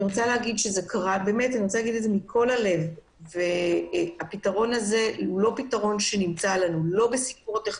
אני רוצה להגיד מכל הלב שהפתרון הזה לא נמצא לנו --- רגע,